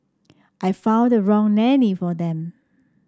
I found the wrong nanny for them